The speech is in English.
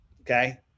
Okay